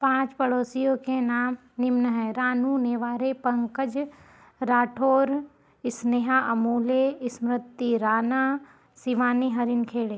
पाँच पड़ोसियों के नाम निम्न हैं रानू निवारे पंकज राठौर स्नेहा अमोले स्मृति राणा सिवानी हरिनखेड़े